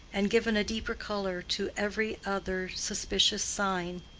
and given a deeper color to every other suspicious sign.